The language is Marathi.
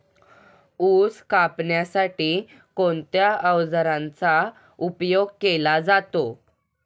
ऊस कापण्यासाठी कोणत्या अवजारांचा उपयोग केला जातो?